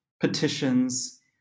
petitions